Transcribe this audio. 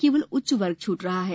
केवल उच्च वर्ग छूटा है